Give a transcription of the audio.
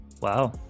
Wow